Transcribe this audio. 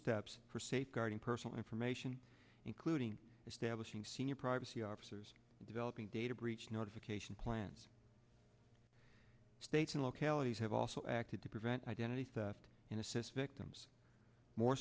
steps for safeguarding personal information including establishing senior privacy officers developing data breach notification plans states and localities have also acted to prevent identity theft and assist victims more